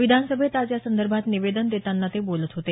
विधानसभेत आज यासंदर्भात निवेदन देताना ते बोलत होते